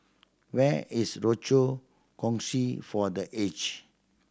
where is Rochor Kongsi for The Aged